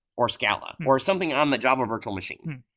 or skala, or something on the job of virtual machine.